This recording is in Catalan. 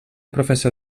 professor